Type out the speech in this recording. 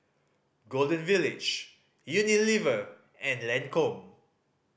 Golden Village Unilever and Lancome